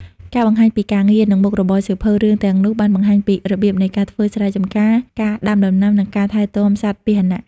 ការបង្ហាញពីការងារ និងមុខរបរសៀវភៅរឿងទាំងនោះបានបង្ហាញពីរបៀបនៃការ ធ្វើស្រែចម្ការ ការដាំដំណាំ និងការថែទាំសត្វពាហនៈ។